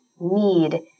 need